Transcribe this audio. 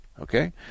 Okay